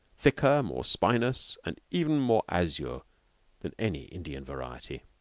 thicker, more spinous, and even more azure than any indian variety.